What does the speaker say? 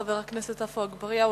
חבר הכנסת עפו אגבאריה,